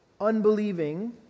unbelieving